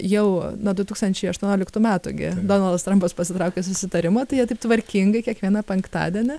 jau nuo du tūkstančiai aštuonioliktų metų gi donaldas trampas pasitraukė susitarimą tai jie taip tvarkingai kiekvieną penktadienį